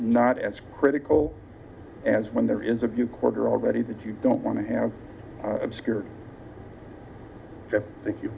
not as critical as when there is a good quarter already that you don't want to have obscure thank you